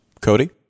Cody